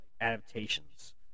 adaptations